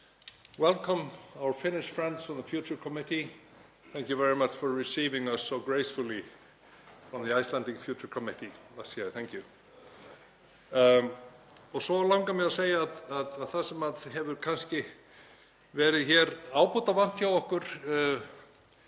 Svo langar mig að segja að það sem hefur kannski verið ábótavant hjá okkur